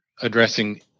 addressing